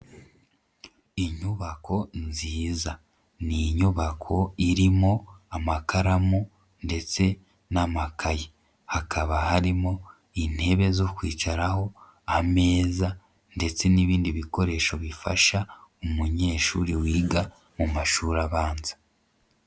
Inyubako nziza, ni inyubako irimo amakaramu ndetse n'amakayi. Hakaba harimo intebe zo kwicaraho, ameza ndetse n'ibindi bikoresho bifasha umunyeshuri wiga mu mashuri abanza.